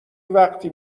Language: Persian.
وقتی